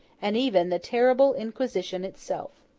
and even the terrible inquisition itself.